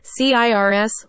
CIRS